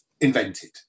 invented